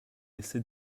laissé